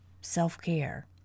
self-care